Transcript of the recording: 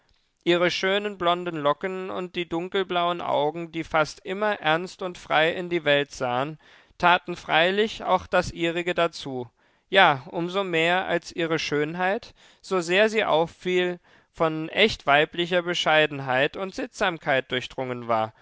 ihre schönen blonden locken und die dunkelblauen augen die fast immer ernst und frei in die welt sahen taten freilich auch das ihrige dazu ja um so mehr als ihre schönheit so sehr sie auffiel von echt weiblicher bescheidenheit und sittsamkeit durchdrungen war